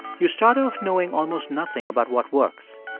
you start off knowing almost nothing about what works.